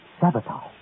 sabotage